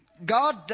God